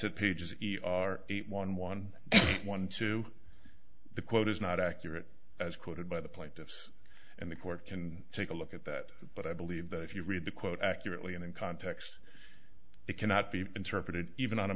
pages eight one one one two the quote is not accurate as quoted by the plaintiffs and the court can take a look at that but i believe that if you read the quote accurately and in context it cannot be interpreted even on a